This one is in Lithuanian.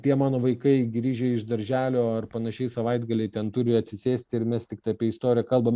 tie mano vaikai grįžę iš darželio ar panašiai savaitgalį ten turi atsisėsti ir mes tiktai apie istoriją kalbam